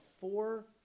four